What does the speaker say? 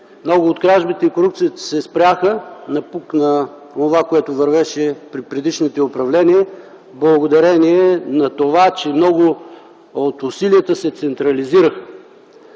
много от кражбите и корупцията се спряха, напук на онова, което вървеше при предишните управления, благодарение на това, че много от усилията се централизираха.